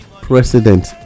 president